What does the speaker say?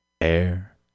air